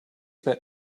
that